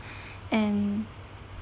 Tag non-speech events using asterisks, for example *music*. *breath* and